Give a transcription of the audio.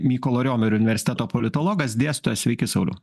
mykolo riomerio universiteto politologas dėstytojas sveiki sauliau